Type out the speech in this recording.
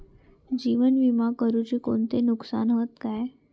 जीवन विमा करुचे कोणते नुकसान हत काय?